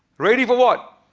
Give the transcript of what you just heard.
ready for what?